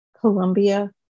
Colombia